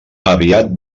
aviat